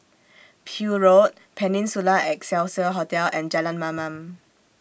Peel Road Peninsula Excelsior Hotel and Jalan Mamam